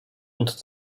und